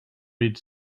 read